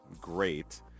great